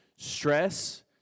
Stress